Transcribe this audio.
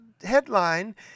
headline